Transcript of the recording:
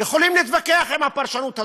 יכולים להתווכח עם הפרשנות הזאת.